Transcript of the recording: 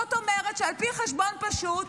זאת אומרת שלפי חשבון פשוט,